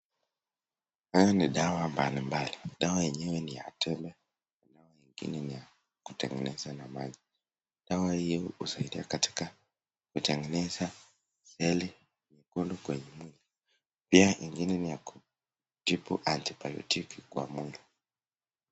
Haya ni dawa mbalimbali. Dawa yenyewe ni ya tele na ingine ni ya kutengeneza na maji. Dawa hii husaidia katika kutengeneza tele nyekundu kwenye mwili. Pia ingine ni ya kutibu antibayotiki kwa mwili.